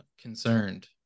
concerned